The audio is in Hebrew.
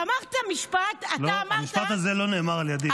אתה אמרת משפט --- המשפט הזה לא נאמר על ידי.